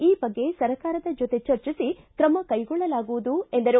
ಈ ಬಗ್ಗೆ ಸರ್ಕಾರದ ಜೊತೆ ಚರ್ಚಿಸಿ ಕ್ರಮ ಕೈಗೊಳ್ಳಲಾಗುವುದು ಎಂದರು